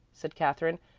said katherine.